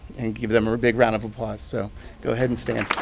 and give them a big round of applause so go ahead and stand.